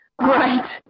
Right